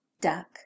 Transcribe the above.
duck